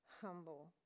humble